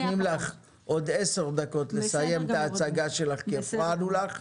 אנחנו נותנים לך עוד עשר דקות לסיים את ההצגה שלך כי הפרענו לך.